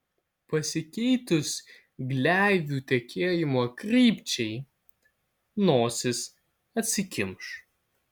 pasikeitus gleivių tekėjimo krypčiai nosis atsikimš